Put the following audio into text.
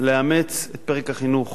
לאמץ את פרק החינוך